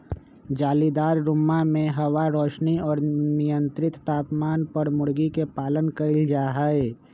जालीदार रुम्मा में हवा, रौशनी और मियन्त्रित तापमान पर मूर्गी के पालन कइल जाहई